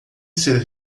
ser